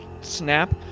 Snap